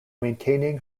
maintaining